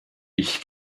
ich